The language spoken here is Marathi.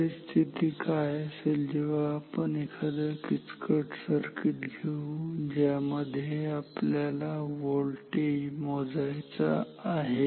परिस्थिती काय असेल तेव्हा आपण एखादं किचकट सर्किट घेऊ ज्यामध्ये आपल्याला व्होल्टेज मोजायचा आहे